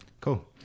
cool